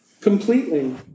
completely